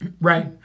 Right